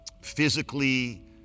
physically